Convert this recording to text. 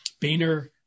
Boehner